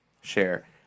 share